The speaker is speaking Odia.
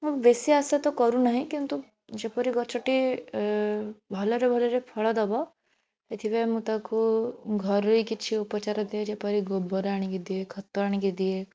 ମୁଁ ବେଶୀ ଆଶା ତ କରୁନାହିଁ କିନ୍ତୁ ଯେପରି ଗଛଟି ଭଲରେ ଭଲରେ ଫଳ ଦେବ ଏଥିପାଇଁ ମୁଁ ତାକୁ ଘରୋଇ କିଛି ଉପଚାର ଦିଏ ଯେପରି ଗୋବର ଆଣିକି ଦିଏ ଖତ ଆଣିକି ଦିଏ